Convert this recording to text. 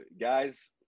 Guys